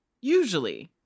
Usually